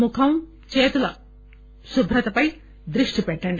ముఖం చేతుల కుభ్రతపై దృష్టి పెట్టండి